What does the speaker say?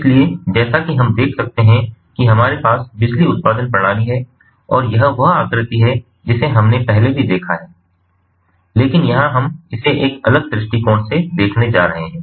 इसलिए जैसा कि हम देख सकते हैं कि हमारे पास बिजली उत्पादन प्रणाली है और यह वह आकृति है जिसे हमने पहले भी देखा है लेकिन यहां हम इसे एक अलग दृष्टिकोण से देखने जा रहे हैं